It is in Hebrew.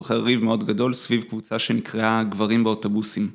חל ריב מאוד גדול סביב קבוצה שנקראה גברים באוטובוסים